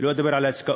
אני לא אדבר על העסקאות